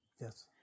Yes